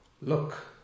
look